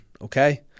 okay